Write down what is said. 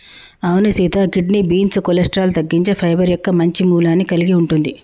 అవును Sita kidney beans cholesterol తగ్గించే fibre మొక్క మంచి మూలాన్ని కలిగి ఉంటుంది